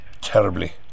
terribly